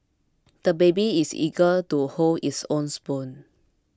the baby is eager to hold his own spoon